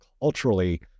culturally